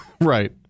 Right